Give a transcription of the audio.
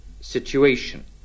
situation